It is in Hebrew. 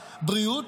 בריאות,